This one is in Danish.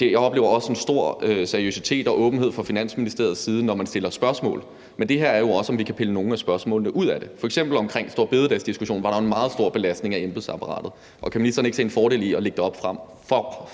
jeg oplever en stor seriøsitet og åbenhed fra Finansministeriets side, når man stiller spørgsmål. Men det her handler jo også om, om vi kan pille nogle af spørgsmålene ud af det. F.eks. var der jo omkring storebededagsdiskussionen en meget stor belastning af embedsapparatet. Og kan ministeren ikke se en fordel i at lægge det frem